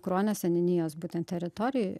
kruonio seniūnijos būtent teritorijoj